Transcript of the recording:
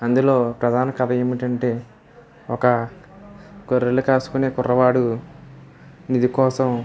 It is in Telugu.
అందులో ప్రధాన కథ ఏమిటంటే ఒక గొర్రెలు కాసుకునే కుర్రవాడు నిధి కోసం